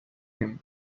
him